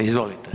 Izvolite.